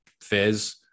fizz